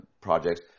projects